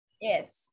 Yes